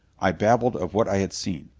i babbled of what i had seen.